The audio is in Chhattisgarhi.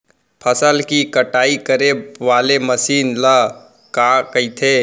फसल की कटाई करे वाले मशीन ल का कइथे?